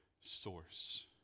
source